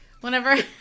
whenever